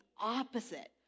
opposite